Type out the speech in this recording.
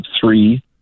three